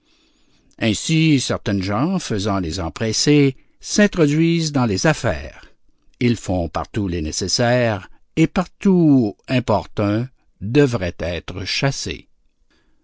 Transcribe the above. ainsi certaines gens faisant les empressés s'introduisent dans les affaires ils font partout les nécessaires et partout importuns devraient être chassés